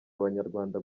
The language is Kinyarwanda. abanyarwanda